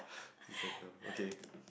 sea centre okay